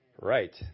Right